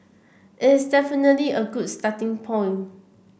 it is definitely a good starting point